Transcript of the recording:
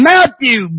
Matthew